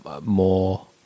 more